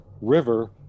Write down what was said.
River